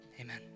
amen